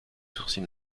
sourcils